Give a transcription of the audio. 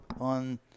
on